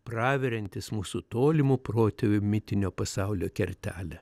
praveriantys mūsų tolimo protėvių mitinio pasaulio kertelę